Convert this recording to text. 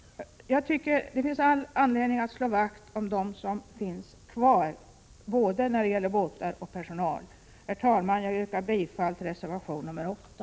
Det finns all anledning att slå vakt om dem som finns kvar — både båtar och personal. Herr talman! Jag yrkar bifall till reservation 8.